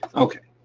okay,